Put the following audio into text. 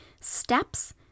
steps